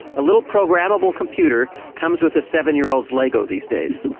a little programmable computer comes with a seven-year-old's lego these days.